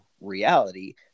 reality